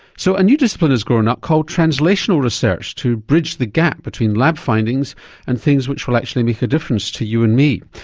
so a new discipline has grown up called translational research to bridge the gap between lab findings and things which will actually make a difference to you and me.